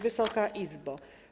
Wysoka Izbo!